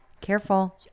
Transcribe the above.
Careful